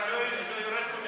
אתה לא יורד פה מהדוכן.